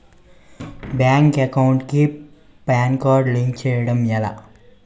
Bank account కి PAN card link చేయడం ఎలా?